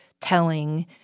telling